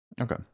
Okay